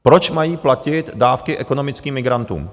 Proč mají platit dávky ekonomickým migrantům?